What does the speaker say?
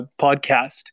podcast